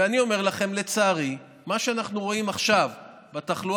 ואני אומר לכם שלצערי מה שאנחנו רואים עכשיו בתחלואה,